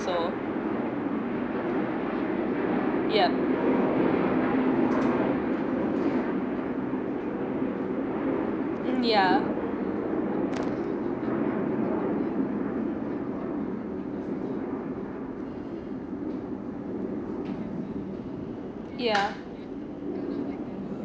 so yeah mm yeah yeah